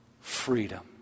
Freedom